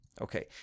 Okay